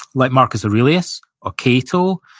like marcus aurelius, or cato,